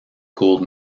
gold